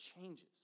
changes